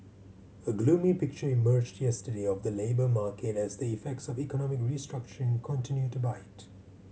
a gloomy picture emerged yesterday of the labour market as the effects of economic restructuring continue to bite